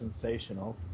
Sensational